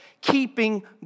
keeping